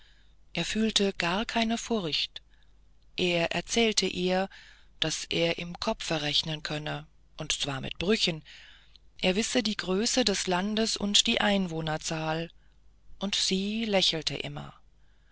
er fühlte gar keine furcht er erzählte ihr daß er im kopfe rechnen könnte und zwar mit brüchen er wisse die größe des landes und die einwohnerzahl und sie lächelte immer